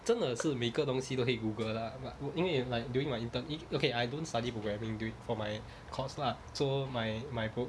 真的是每个东西都可以 google lah but 我因为 like during my interview it okay I don't study programming during for my course lah so my my pro~